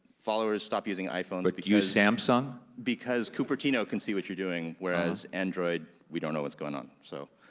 followers, stop using iphones like but use samsung? because cupertino can see what you're doing, whereas android, we don't know what's going on so.